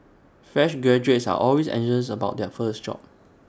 fresh graduates are always anxious about their first job